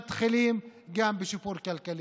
מתחילים גם בשיפור כלכלי.